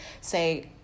say